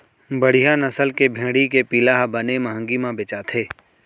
बड़िहा नसल के भेड़ी के पिला ह बने महंगी म बेचाथे